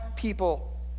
people